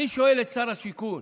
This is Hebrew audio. אני שואל את שר השיכון: